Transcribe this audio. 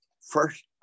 First